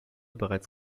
bereits